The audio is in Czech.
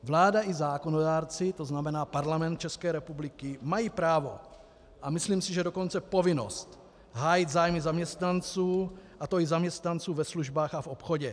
Vláda i zákonodárci, tzn. Parlament České republiky, mají právo, a myslím si, že dokonce povinnost, hájit zájmy zaměstnanců, a to i zaměstnanců ve službách a v obchodě.